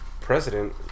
president